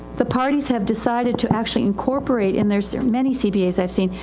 the parties have decided to actually incorporate and thereis many cbais iive seen.